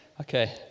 Okay